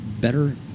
better